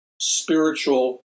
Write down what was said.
spiritual